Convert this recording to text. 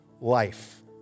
life